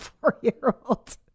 four-year-old